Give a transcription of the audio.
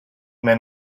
man